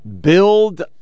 Build